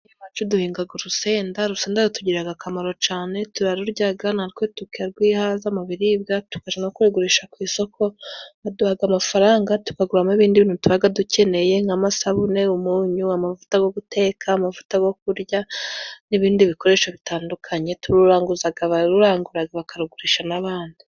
Iwacu duhingaga urusenda, urusenda rutugiriraga akamaro cane, turaruryaga natwe tukarwihaza mu biribwa, tukaja no kuyagurisha ku isoko. Baduhaga amafaranga tukaguramo ibindi bintu tubaga dukeneye nk'amasabune, umunyu, amavuta go guteka, amavuta go kurya n'ibindi bikoresho bitandukanye. Tururanguzaga abaruranguraga, bakarugurisha n'abandi.